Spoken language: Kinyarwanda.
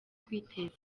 kwiteza